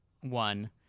one